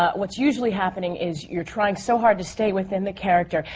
ah what's usually happening is you're trying so hard to stay within the character.